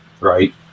Right